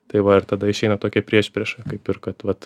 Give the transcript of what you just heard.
tai va ir tada išeina tokia priešprieša kaip ir kad vat